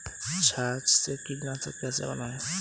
छाछ से कीटनाशक कैसे बनाएँ?